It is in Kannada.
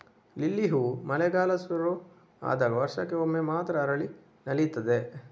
ಲಿಲ್ಲಿ ಹೂ ಮಳೆಗಾಲ ಶುರು ಆದಾಗ ವರ್ಷಕ್ಕೆ ಒಮ್ಮೆ ಮಾತ್ರ ಅರಳಿ ನಲೀತದೆ